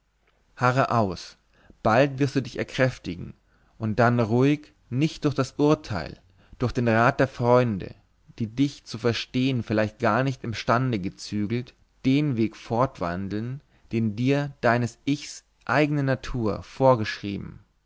harre aus bald wirst du dich erkräftigen und dann ruhig nicht durch das urteil durch den rat der freunde die dich zu verstehen vielleicht gar nicht imstande gezügelt den weg fortwandeln den dir deines ichs eigne natur vorgeschrieben